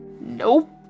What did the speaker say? Nope